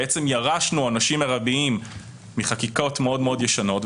ירשנו עונשים מרביים מחקיקות מאוד מאוד ישנות,